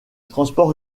transports